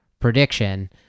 prediction